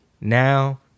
now